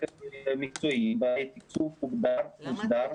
להיות בעלי תקצוב מוגדר ומוסדר.